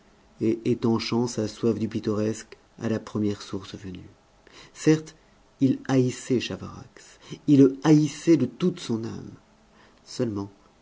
et étanchant sa soif du pittoresque à la première source venue certes il haïssait chavarax il le haïssait de toute son âme seulement